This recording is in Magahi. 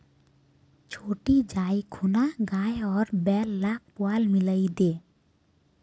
छोटी जाइ खूना गाय आर बैल लाक पुआल मिलइ दे